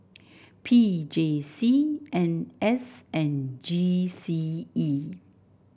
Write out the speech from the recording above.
P J C N S and G C E